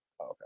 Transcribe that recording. okay